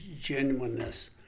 genuineness